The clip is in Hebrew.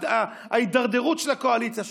ההתדרדרות של הקואליציה שלכם.